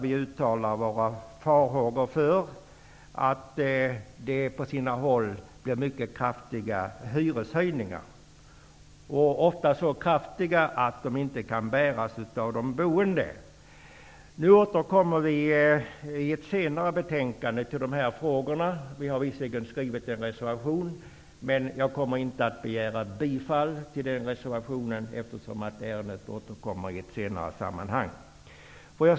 Vi uttalar våra farhågor för att det på sina håll blir mycket kraftiga hyreshöjningar, ofta så kraftiga att de inte kan bäras av de boende. Nu återkommer vi i ett senare betänkande till dessa frågor. Visserligen har vi skrivit en reservation, men jag kommer inte att begära bifall till den reservationen, eftersom ärendet återkommer i ett senare sammanhang.